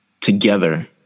together